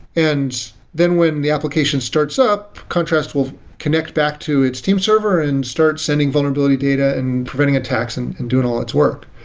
and then when the application starts up, contrast will connect back to its team server and start sending vulnerability data and running attacks and and doing all its work.